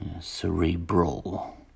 cerebral